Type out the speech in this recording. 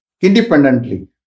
independently